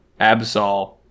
Absol